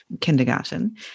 kindergarten